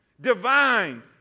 divine